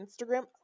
Instagram